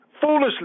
Foolishly